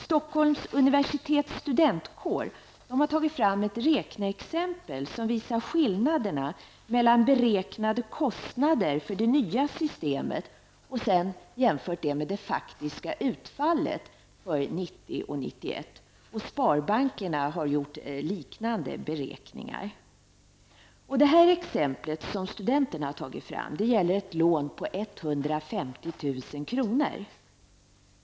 Stockholms Universitets Studentkår har tagit fram ett räkneexempel som visar skillnaderna mellan beräknade kostnader med det nya systemet och det faktiska utfallet för 1990 och 1991. Sparbankerna har gjort liknande beräkningar. Det exempel som studenterna har tagit fram gäller ett lån på 150 000 kr.